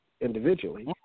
individually